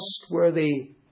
trustworthy